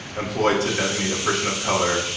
employed to designate a person of color,